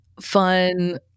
fun